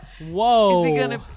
Whoa